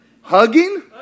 Hugging